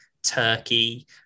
Turkey